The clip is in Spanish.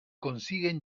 consiguen